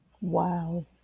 Wow